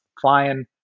flying